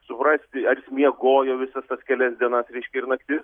suprasti ar jis miegojo visas tas kelias dienas reiškia ir naktis